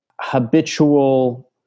habitual